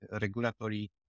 regulatory